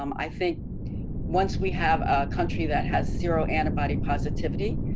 um i think once we have a country that has zero antibody positivity,